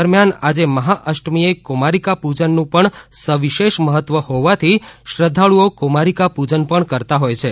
દરમ્યાન આજે મહાઅષ્ટમીએ કુમારીકા પૂજનનું પણ સવિશેષ મહત્વ હોવાથી શ્રધ્ધાળૂઓ કુમારીકા પૂજન પણ કરતાં હોય છે